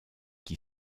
qui